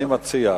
אני מציע,